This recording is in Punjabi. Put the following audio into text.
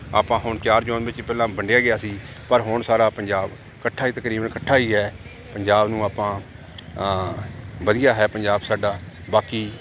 ਆਪਾਂ ਹੁਣ ਚਾਰ ਜੌਨ ਵਿੱਚ ਪਹਿਲਾਂ ਵੰਡਿਆ ਗਿਆ ਸੀ ਪਰ ਹੁਣ ਸਾਰਾ ਪੰਜਾਬ ਇਕੱਠਾ ਤਕਰੀਬਨ ਇਕੱਠਾ ਹੀ ਹੈ ਪੰਜਾਬ ਨੂੰ ਆਪਾਂ ਵਧੀਆ ਹੈ ਪੰਜਾਬ ਸਾਡਾ ਬਾਕੀ